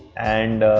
and.